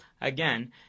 Again